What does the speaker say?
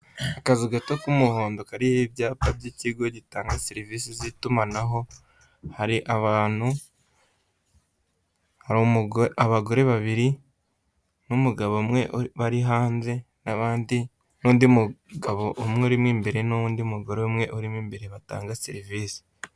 Akazu gato k'umuhondo kariho ibyapa by'ikigo gitanga serivise z'itumanaho. Hari abantu, hari abagore babiri, n'umugabo umwe bari hanze n'abandi, n'undi mugabo umwe urimo imbere, n'undi mugore umwe urimo imbere batanga serivise.